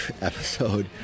episode